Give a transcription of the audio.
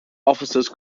offices